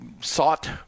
sought